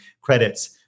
credits